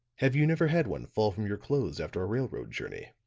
have you never had one fall from your clothes after a railroad journey?